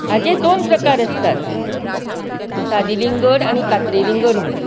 हाचे दोन प्रकार आसतात सादी लिंगड आनी कातरी लिंगड म्हणून